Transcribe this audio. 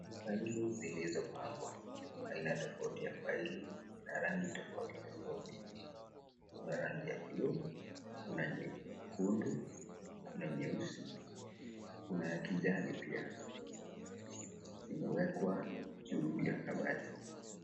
Faili zilizopangwa, aina tofauti za faili na rangi tofauti tofauti. Kuna rangi ya buluu, kuna nyekundu, kuna nyeusi, kuna ya kijani pia zimewekwa juu ya kabati.